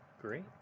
great